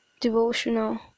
devotional